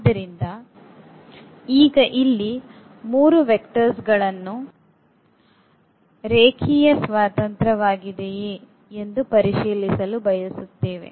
ಆದ್ದರಿಂದ ಈಗ ಇಲ್ಲಿ ಈ ಮೂರು ವಾಹಕಗಳನ್ನು ಹೊಂದಿರುವ ಹೊಸ ಸಮಸ್ಯೆಯನ್ನು ನಾವು ಮರಳಿ ಪಡೆಯುತ್ತೇವೆ ಮತ್ತು ಈ ವಾಹಕಗಳ ರೇಖೀಯ ಸ್ವಾತಂತ್ರ್ಯವನ್ನು ಪರಿಶೀಲಿಸಲು ಬಯಸುತ್ತೇವೆ